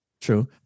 true